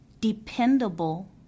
dependable